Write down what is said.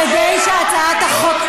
כדי שהצעת החוק,